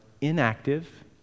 inactive